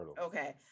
Okay